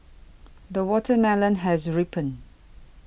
the watermelon has ripened